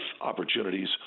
opportunities